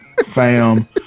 fam